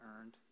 earned